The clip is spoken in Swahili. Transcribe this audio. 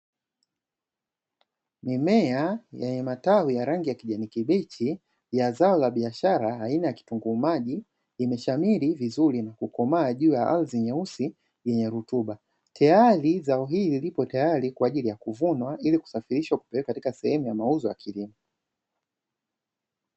Mimea yenye matawi ya rangi ya kijani kibichi, ya zao la biashara aina ya kitunguu maji, imeshamiri vizuri na kukomaa juu ya ardhi nyeusi yenye rutuba, tayari zao hili lipo tayari kwa ajili ya kuvunwa, ili kusafirishwa kupelekwa sehemu ya mauzo ya kilimo.